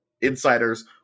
insiders